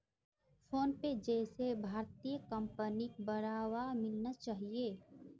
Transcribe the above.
PhonePe जैसे भारतीय कंपनिक बढ़ावा मिलना चाहिए